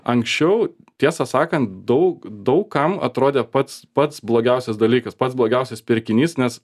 anksčiau tiesą sakant daug daug kam atrodė pats pats blogiausias dalykas pats blogiausias pirkinys nes